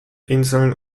inseln